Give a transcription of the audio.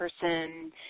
person